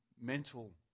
mental